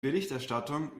berichterstattung